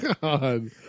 God